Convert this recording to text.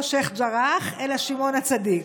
לא שייח' ג'ראח אלא שמעון הצדיק.